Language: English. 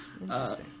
Interesting